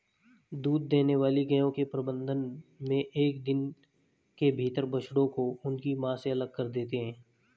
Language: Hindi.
दूध देने वाली गायों के प्रबंधन मे एक दिन के भीतर बछड़ों को उनकी मां से अलग कर देते हैं